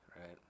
right